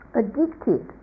addicted